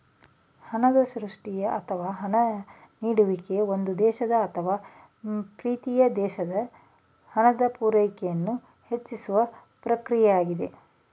ಹಣದ ಸೃಷ್ಟಿಯ ಅಥವಾ ಹಣ ನೀಡುವಿಕೆ ಒಂದು ದೇಶದ ಅಥವಾ ಪ್ರೀತಿಯ ಪ್ರದೇಶದ ಹಣದ ಪೂರೈಕೆಯನ್ನು ಹೆಚ್ಚಿಸುವ ಪ್ರಕ್ರಿಯೆಯಾಗಿದೆ